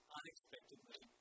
unexpectedly